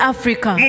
Africa